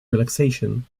relaxation